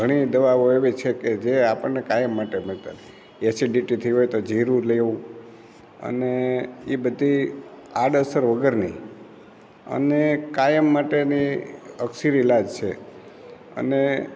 ઘણી દવાઓ એવી છે કે જે આપણને કાયમ માટે એસિડિટી થઈ હોય તો જીરું લેવું અને એ બધી આડઅસર વગરની અને કાયમ માટેની અકસીર ઈલાજ છે અને